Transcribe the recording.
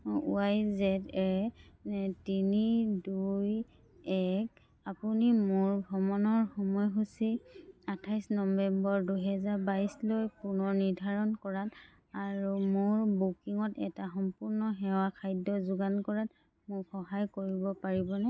Y Z A তিনি দুই এক আপুনি মোৰ ভ্ৰমণৰ সময়সূচী আঠাইছ নৱেম্বৰ দুহেজাৰ বাইছলৈ পুনৰ নিৰ্ধাৰণ কৰাত আৰু মোৰ বুকিঙত এটা সম্পূৰ্ণ সেৱা খাদ্য যোগান কৰাত মোক সহায় কৰিব পাৰিবনে